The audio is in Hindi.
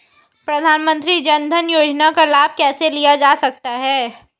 प्रधानमंत्री जनधन योजना का लाभ कैसे लिया जा सकता है?